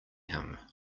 him